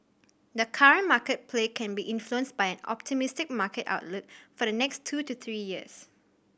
the current market play can be influenced by an optimistic market outlook for the next two to three years